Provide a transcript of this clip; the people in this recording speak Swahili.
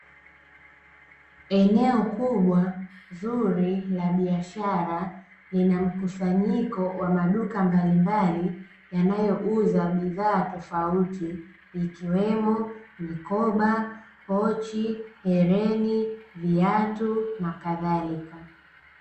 Eneo kubwa zuri la biashara linamkusanyiko wa maduka mbalimbali yanayouza bidhaa tofauti ikiwemo; mikoba, pochi, hereni, viatu na kadhalika.